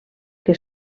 que